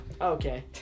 Okay